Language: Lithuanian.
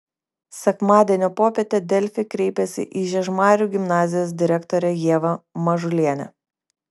sekmadienio popietę delfi kreipėsi į žiežmarių gimnazijos direktorę ievą mažulienę